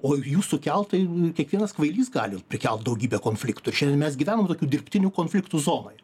o jų sukelt tai kiekvienas kvailys gali prikelt daugybę konfliktų šiandien mes gyvenam tokių dirbtinių konfliktų zonoj